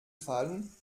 fallen